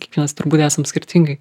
kiekvienas turbūt esam skirtingai